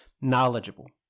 knowledgeable